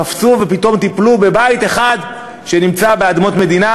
קפצו ופתאום טיפלו בבית אחד שנמצא באדמות מדינה,